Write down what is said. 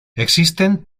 existen